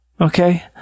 Okay